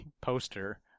poster